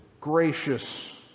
gracious